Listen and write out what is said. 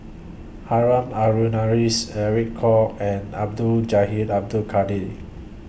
Harun Aminurrashid Alec Kuok and Abdul Jahil Abdul Kadir